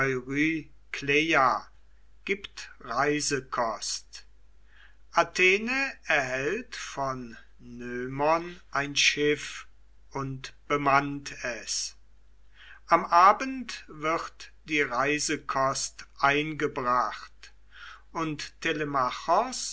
reisekost athene erhält von noemon ein schiff und bemannt es am abend wird die reisekost eingebracht und